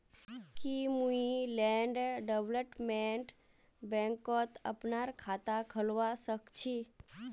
की मुई land development बैंकत अपनार खाता खोलवा स ख छी?